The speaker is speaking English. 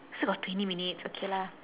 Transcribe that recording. still got twenty minutes okay lah